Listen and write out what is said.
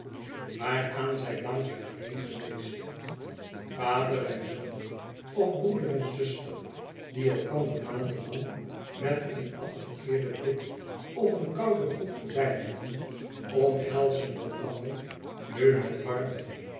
waaraan zij lang zijn vreemd geweest vader en zoon of broeder en zuster die elkander maanden lang met een afgekeerden blik of een kouden groet voorbijgingen omhelzen elkander nu met warmte